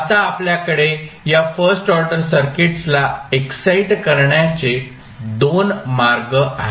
आता आपल्याकडे या फर्स्ट ऑर्डर सर्किट्सला एक्साइट करण्याचे दोन मार्ग आहेत